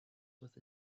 with